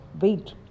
wait